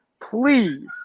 Please